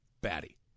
batty